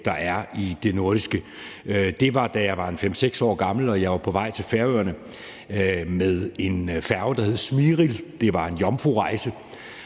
der er i det nordiske, var, da jeg var 5-6 år gammel og på vej til Færøerne med en færge, der hed »Smyril«. Det var en jomfrurejse,